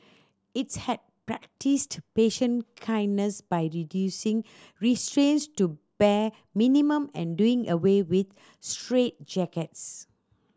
its had practised patient kindness by reducing restraints to bare minimum and doing away with straitjackets